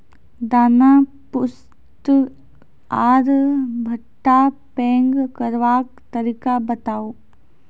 दाना पुष्ट आर भूट्टा पैग करबाक तरीका बताऊ?